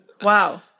Wow